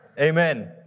Amen